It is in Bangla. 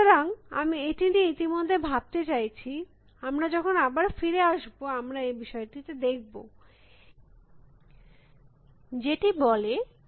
সুতরাং আমি এটি নিয়ে ইতিমধ্যে ভাবতে চাইছি আমরা যখন আবার ফিরে আসব আমরা এই বিষয়টিতে দেখব এই স্থিতিতে দ্বিতীয় সমস্যাটি কী এবং সেটি নিয়ে আলোচনা করার চেষ্টা করব